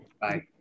Bye